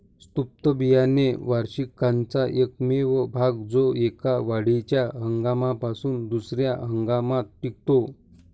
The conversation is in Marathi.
सुप्त बियाणे वार्षिकाचा एकमेव भाग जो एका वाढीच्या हंगामापासून दुसर्या हंगामात टिकतो